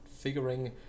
figuring